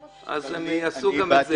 הם יעשו גם את זה.